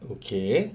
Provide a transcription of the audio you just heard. okay